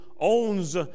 owns